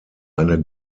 eine